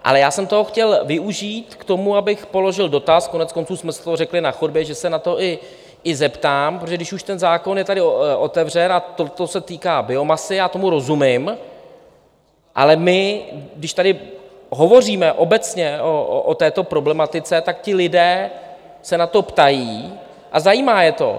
Ale já jsem toho chtěl využít k tomu, abych položil dotaz, koneckonců jsme si to řekli na chodbě, že se na to i zeptám, protože když už ten zákon je tady otevřen, a to se týká biomasy, já tomu rozumím, ale my když tady hovoříme obecně o této problematice, tak ti lidé se na to ptají a zajímá je to.